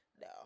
No